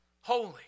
Holy